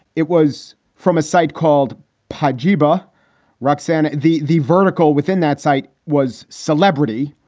it was from a site called pogba roxann. the the vertical within that site was celebrity.